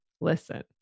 listen